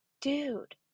dude